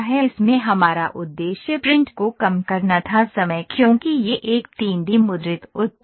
इसमें हमारा उद्देश्य प्रिंट को कम करना था समय क्योंकि यह एक 3 डी मुद्रित उत्पाद है